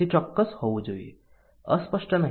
તે ચોક્કસ હોવું જોઈએ અસ્પષ્ટ નહીં